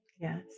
Yes